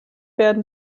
werden